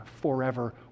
forever